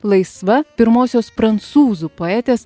laisva pirmosios prancūzų poetės